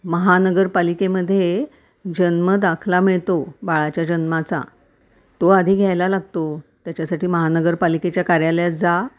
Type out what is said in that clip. महानगरपालिकेमध्ये जन्मदाखला मिळतो बाळाच्या जन्माचा तो आधी घ्यायला लागतो त्याच्यासाठी महानगरपालिकेच्या कार्यालयात जा